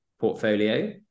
portfolio